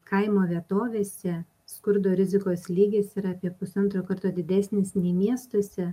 kaimo vietovėse skurdo rizikos lygis yra apie pusantro karto didesnis nei miestuose